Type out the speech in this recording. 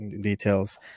details